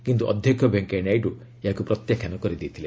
କିନ୍ତୁ ଅଧ୍ୟକ୍ଷ ଭେଙ୍କୟା ନାଇଡ଼ୁ ଏହାକୁ ପ୍ରତ୍ୟାଖ୍ୟାନ କରିଦେଇଥିଲେ